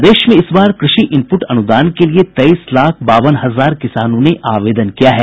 प्रदेश में इस बार कृषि इनपुट अनुदान के लिये तेईस लाख बावन हजार किसानों ने आवेदन किया है